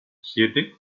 siete